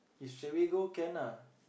if straight away go can ah